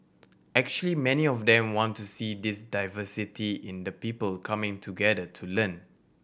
actually many of them want to see this diversity in the people coming together to learn